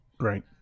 Right